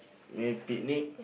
maybe picnic